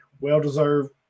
Well-deserved